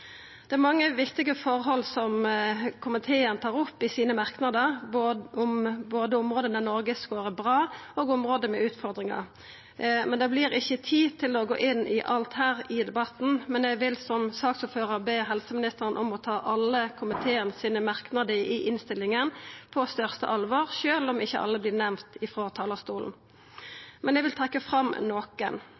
Det er mange viktige forhold komiteen tar opp i sine merknader, både om område der Noreg skårar bra, og om område med utfordringar. Det vert ikkje tid til å gå inn i alt her i debatten, men eg vil som saksordførar be helseministeren ta alle komitémerknadene i innstillinga på største alvor, sjølv om ikkje alle vert nemnde frå talarstolen. Eg vil likevel trekkja fram